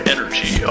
Energy